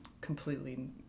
completely